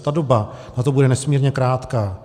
Ta doba na to bude nesmírně krátká.